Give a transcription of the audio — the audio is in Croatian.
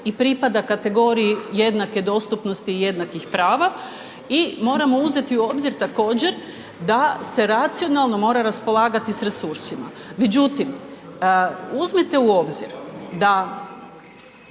i pripada kategoriji jednake dostupnosti i jednakih prava i moramo uzeti u obzir također da se racionalno mora raspolagati sa resursima. Međutim, uzmite u obzir da